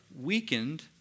weakened